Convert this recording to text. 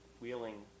Wheeling